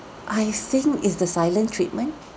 I think is the silent treatment